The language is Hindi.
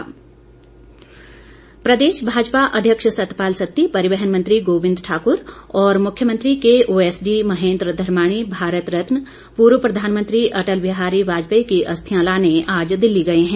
माजपा प्रदेश भाजपा अध्यक्ष सतपाल सत्ती परिवहन मंत्री गोबिंद ठाकुर और मुख्यमंत्री के ओएसडी महेंद्र धर्माणी भारत रत्न पूर्व प्रधानमंत्री अटल बिहारी वाजपेयी की अस्थियां लाने आज दिल्ली गए हैं